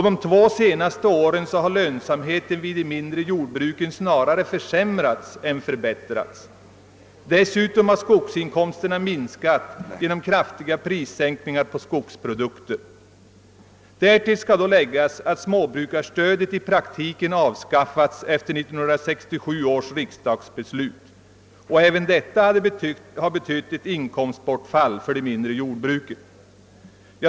De två senaste åren har lönsamheten vid det mindre jordbruket snarare försämrats än förbättrats. Dessutom har skogsinkomsterna minskat genom kraftiga prissänkningar på skogsprodukter. Därtill skall läggas att småbrukarstödet i praktiken avskaffats efter 1967 års riksdagsbeslut, och även detta har betytt ett inkomstbortfall för det mindre jordbruket.